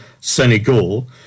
Senegal